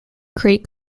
creek